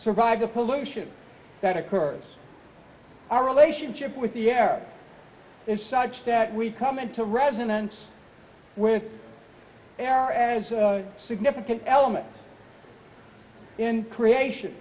survive the pollution that occurs our relationship with the air is such that we come into resonance with there are as significant elements in creation